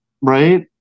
right